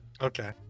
okay